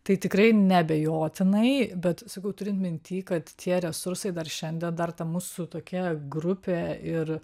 tai tikrai neabejotinai bet sakau turint minty kad tie resursai dar šiandien dar ta mūsų tokia grupė ir